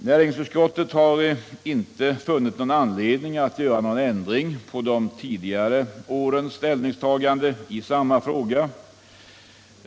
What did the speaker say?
Näringsutskottet har vid behandlingen av motionen inte funnit anledning att göra någon ändring i de tidigare årens ställningstagande i samma fråga.